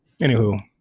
anywho